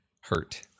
hurt